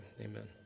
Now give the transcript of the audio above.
Amen